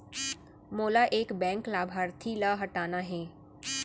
मोला एक बैंक लाभार्थी ल हटाना हे?